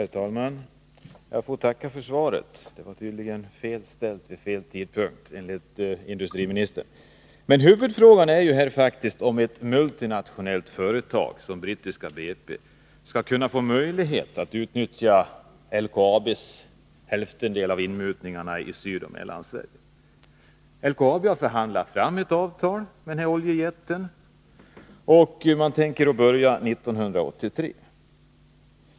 Herr talman! Jag får tacka för svaret. Frågan var tydligen fel ställd vid fel tidpunkt enligt industriministern. Huvudfrågan är faktiskt om ett multinationellt företag som det brittiska BP skall få möjlighet att utnyttja LKAB:s hälftendel av inmutningarna i Sydoch Mellansverige. LKAB har förhandlat fram ett avtal med den här oljejätten, och man tänker börja 1983.